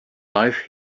life